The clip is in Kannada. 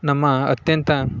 ನಮ್ಮ ಅತ್ಯಂತ